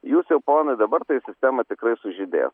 jūs jau ponai dabar tai sistema tikrai sužibės